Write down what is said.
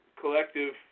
collective